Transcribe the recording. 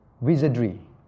wizardry